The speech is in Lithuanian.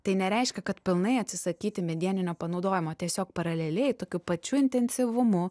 tai nereiškia kad pilnai atsisakyti medianinio panaudojimo tiesiog paraleliai tokiu pačiu intensyvumu